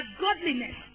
godliness